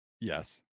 Yes